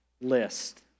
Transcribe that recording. list